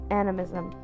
animism